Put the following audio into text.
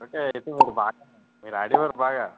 okay అయితే మీరు బాగా మీరు ఆడేవారు బాగా